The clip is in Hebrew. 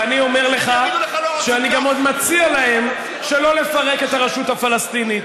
ואני אומר לך שאני גם מציע להם שלא לפרק את הרשות הפלסטינית.